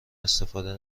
استفاده